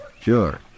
Sure